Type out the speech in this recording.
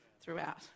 throughout